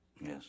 yes